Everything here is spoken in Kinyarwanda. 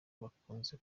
bakuze